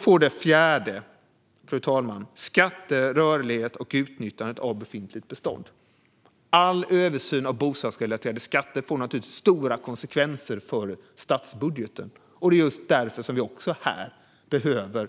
För det fjärde, fru talman, handlar det om skatter, rörlighet och utnyttjandet av befintligt bestånd. All översyn av bostadsrelaterade skatter får naturligtvis stora konsekvenser för statsbudgeten. Det är just därför som vi också här behöver